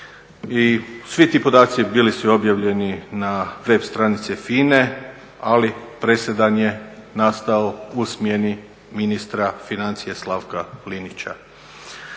svi ti podaci bili su i objavljeni na web stranici FINA-e ali presedan je nastao u smjeni ministra financija Slavka Linića